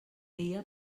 dia